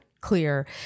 clear